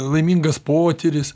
laimingas potyris